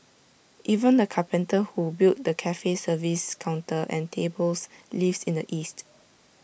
even the carpenter who built the cafe's service counter and tables lives in the east